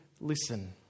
listen